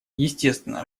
естественно